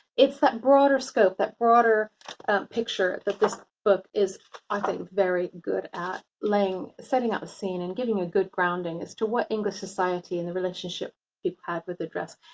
it's that broader scope, that broader picture that this book is i think very good at like setting up the scene and giving a good grounding as to what english society and the relationship people have with their dress.